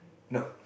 no